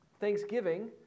Thanksgiving